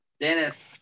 Dennis